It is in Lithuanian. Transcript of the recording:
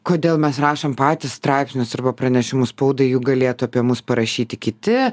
kodėl mes rašom patys straipsnius arba pranešimus spaudai juk galėtų apie mus parašyti kiti